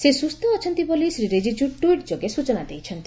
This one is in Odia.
ସେ ସୁସ୍ଥ ଅଛନ୍ତି ବୋଲି ଶ୍ରୀ ରିଜଜୁ ଟ୍ୱିଟ୍ ଯୋଗେ ସ୍ଟଚନା ଦେଇଛନ୍ତି